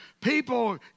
people